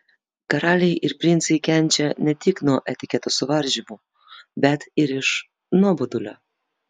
karaliai ir princai kenčia ne tik nuo etiketo suvaržymų bet ir iš nuobodulio